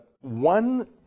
one